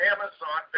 Amazon